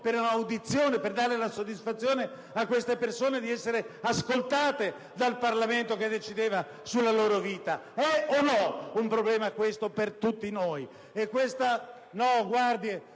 per una audizione, per dare la soddisfazione a queste persone di essere ascoltate dal Parlamento che decideva sulla loro vita. E' o no un problema, questo, per tutti noi?